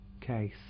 case